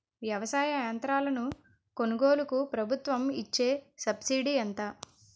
వ్యవసాయ యంత్రాలను కొనుగోలుకు ప్రభుత్వం ఇచ్చే సబ్సిడీ ఎంత?